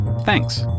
thanks